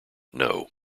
know